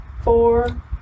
four